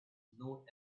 know